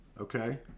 Okay